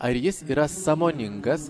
ar jis yra sąmoningas